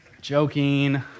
Joking